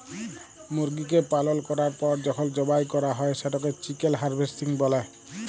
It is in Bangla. মুরগিকে পালল ক্যরার পর যখল জবাই ক্যরা হ্যয় সেটকে চিকেল হার্ভেস্টিং ব্যলে